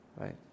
right